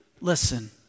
Listen